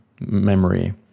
memory